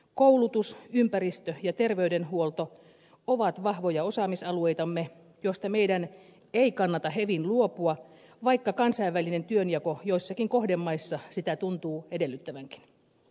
koulutus ympäristö ja terveydenhuolto ovat vahvoja osaamisalueitamme joista meidän ei kannata hevin luopua vaikka kansainvälinen työnjako joissakin kohdemaissa sitä tuntuu edellyttämän